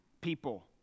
people